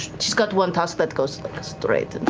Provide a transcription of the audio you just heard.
she's got one tusk that goes straight and